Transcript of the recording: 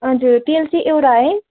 हजुर तेल चाहिँ एउटा है